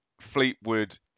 Fleetwood